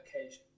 occasion